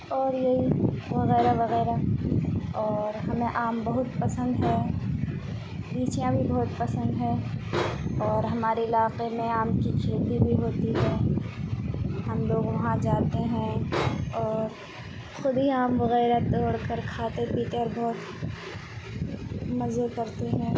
اور یہی وغیرہ وغیرہ اور ہمیں آم بہت پسند ہے لیچیاں بھی بہت پسند ہیں اور ہمارے علاقے میں آم کی کھیتی بھی ہوتی ہے ہم لوگ وہاں جاتے ہیں اور خود ہی آم وغیرہ توڑ کر کھاتے پیتے اور بہت مزے کرتے ہیں